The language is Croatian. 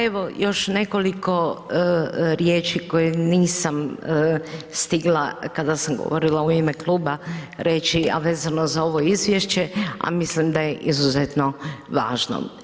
Evo, još nekoliko riječi koje nisam stigla kada sam govorila u ime kluba reći, a vezano za ovo izvješće a mislim da je izuzetno važno.